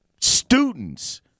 students